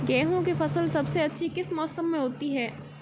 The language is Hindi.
गेंहू की फसल सबसे अच्छी किस मौसम में होती है?